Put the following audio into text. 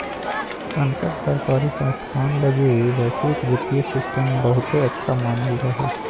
अंतर सरकारी संस्थान लगी वैश्विक वित्तीय सिस्टम बहुते अच्छा मानल जा हय